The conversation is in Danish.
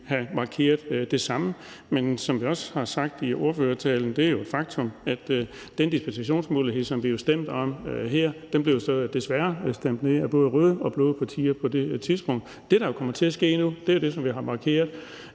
have markeret det samme. Men som jeg også sagde i ordførertalen – og det er jo et faktum – så blev fjernelsen af den dispensationsmulighed, som vi stemmer om her, desværre stemt ned af både røde og blå partier på det tidspunkt. Det, der kommer til at ske nu, er, at vi får lavet